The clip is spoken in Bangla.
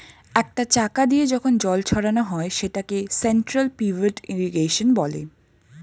একটা চাকা দিয়ে যখন জল ছড়ানো হয় সেটাকে সেন্ট্রাল পিভট ইর্রিগেশনে